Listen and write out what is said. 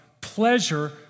pleasure